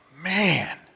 man